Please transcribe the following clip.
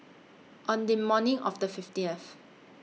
on The morning of The fifteenth